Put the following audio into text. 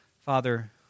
Father